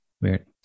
Weird